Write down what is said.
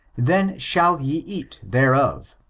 then shall he eat thereof.